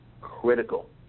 critical